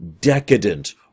decadent